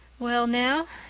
well now,